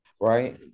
right